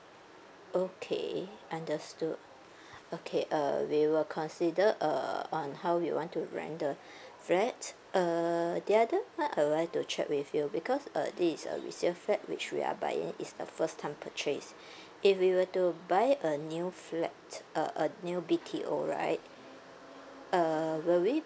okay understood okay uh we will consider uh on how we want to rent the flat err the other part I would like to check with you because uh this is a resale flat which we are buying it's the first time purchase if we were to buy a new flat uh uh new B_T_O right uh will we